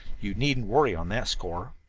you needn't worry on that score.